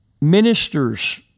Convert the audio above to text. ministers